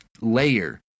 layer